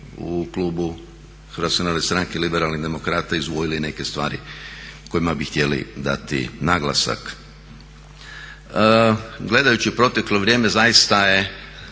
u klubu Hrvatske narodne stranke-Liberalnih demokrata izdvojili neke stvari kojima bi htjeli dati naglasak. Gledajući proteklo vrijeme zaista je,